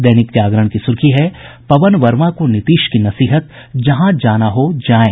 दैनिक जागरण की सुर्खी है पवन वर्मा को नीतीश की नसीहत जहां जाना हो जायें